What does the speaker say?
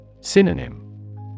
Synonym